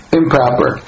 improper